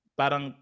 parang